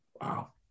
Wow